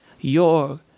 Your